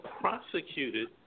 prosecuted